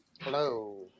Hello